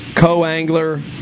co-angler